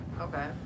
Okay